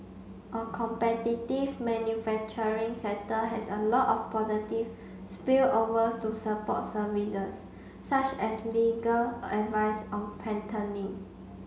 a competitive manufacturing sector has a lot of positive spillovers to support services such as legal advice on